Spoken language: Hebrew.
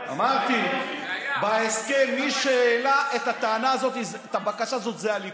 אמרתי, בהסכם מי שהעלה את הבקשה הזאת זה הליכוד.